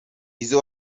izo